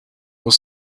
was